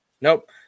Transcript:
Nope